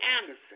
Anderson